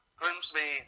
grimsby